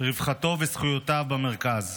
רווחתו וזכויותיו במרכז.